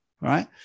right